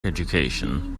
education